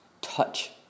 Touch